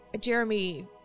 Jeremy